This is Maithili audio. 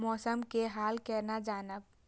मौसम के हाल केना जानब?